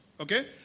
okay